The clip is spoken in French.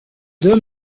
deux